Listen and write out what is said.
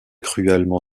cruellement